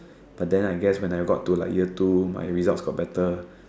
but then I guess when I got to year two my results got better